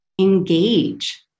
engage